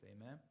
Amen